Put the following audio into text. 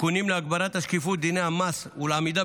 (תיקונים להגברת השקיפות בדיני המס ולעמידה